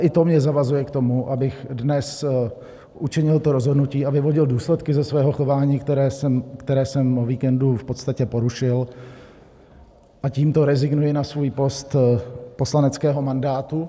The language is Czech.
I to mě zavazuje k tomu, abych dnes učinil to rozhodnutí a vyvodil důsledky ze svého chování, které jsem o víkendu v podstatě porušil, a tímto rezignuji na svůj post poslaneckého mandátu.